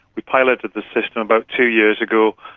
we piloted the system about two years ago,